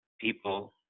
people